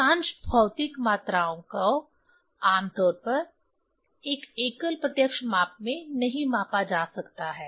अधिकांश भौतिक मात्राओं को आमतौर पर एक एकल प्रत्यक्ष माप में नहीं मापा जा सकता है